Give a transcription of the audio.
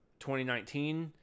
2019